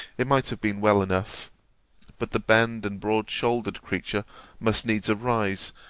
it might have been well enough but the bend and broad-shouldered creature must needs rise,